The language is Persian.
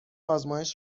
آزمایش